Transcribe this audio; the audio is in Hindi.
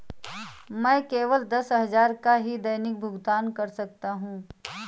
मैं केवल दस हजार का ही दैनिक भुगतान कर सकता हूँ